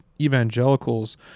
evangelicals